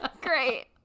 great